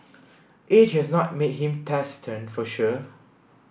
age has not made him taciturn for sure